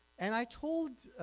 and i told